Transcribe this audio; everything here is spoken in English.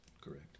correct